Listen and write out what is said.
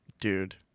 Dude